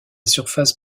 surface